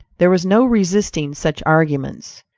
there was no resisting such arguments.